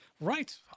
Right